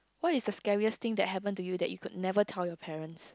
what is the scariest thing that happen to you that you could never tell your parents